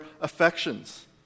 affections